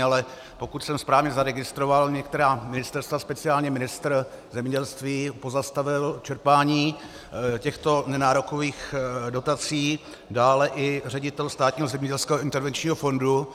Ale pokud jsem správně zaregistroval, některá ministerstva, speciálně ministr zemědělství pozastavil čerpání těchto nenárokových dotací, dále i ředitel Státního zemědělského intervenčního fondu.